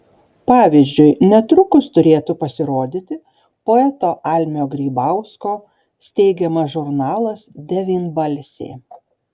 pavyzdžiui netrukus turėtų pasirodyti poeto almio grybausko steigiamas žurnalas devynbalsė